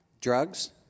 drugs